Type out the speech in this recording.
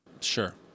sure